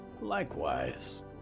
Likewise